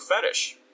Fetish